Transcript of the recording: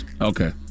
Okay